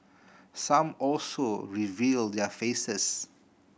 some also reveal their faces